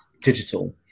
digital